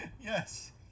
Yes